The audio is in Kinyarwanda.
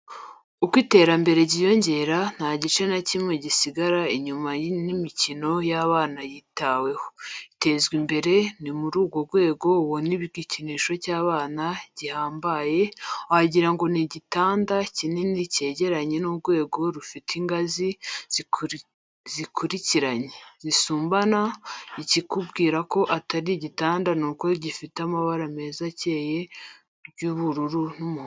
Uko iterambere ryiyongera, nta gice na kimwe gisigara inyuma n'imikino y'abana yitaweho, itezwa imbere; ni muri urwo rwego ubona igikinisho cy'abana gihambaye, wagirango ni igitanda kinini cyegeranye n'urwego rufite ingazi zikurikiranye, zisumbana; ikikubwira ko atari igitanda ni uko gifite amabara meza acyeye y'ubururu n'umuhondo.